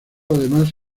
además